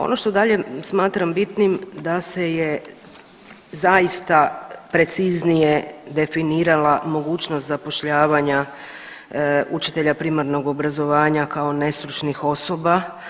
Ono što dalje smatram bitnim da se je zaista preciznije definirala mogućnost zapošljavanja učitelja primarnog obrazovanja kao nestručnih osoba.